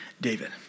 David